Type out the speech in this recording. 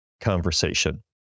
conversation